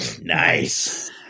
Nice